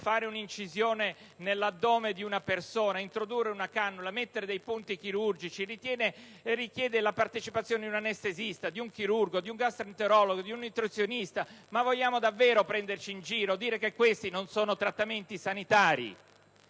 fare un'incisione nell' addome di una persona, introdurre una cannula, mettere dei punti chirurgici richiede la partecipazione di un anestesista, di un chirurgo, di un gastroenterologo, di un nutrizionista. Ma vogliamo davvero prenderci in giro e dire che questi non sono trattamenti sanitari?